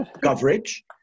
coverage